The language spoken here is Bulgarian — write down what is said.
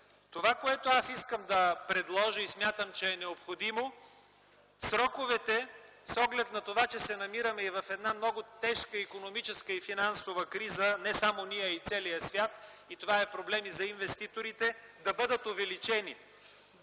Това, което аз искам да предложа и смятам, че е необходимо – сроковете, с оглед на това, че се намираме в една много тежка икономическа и финансова криза, не само ние, а и целият свят, а това е проблем и за инвеститорите – да бъдат увеличени.